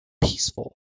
peaceful